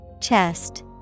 Chest